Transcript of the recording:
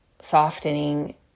softening